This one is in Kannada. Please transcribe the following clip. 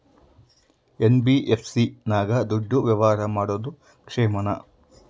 ಎನ್.ಬಿ.ಎಫ್.ಸಿ ನಾಗ ದುಡ್ಡಿನ ವ್ಯವಹಾರ ಮಾಡೋದು ಕ್ಷೇಮಾನ?